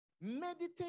Meditate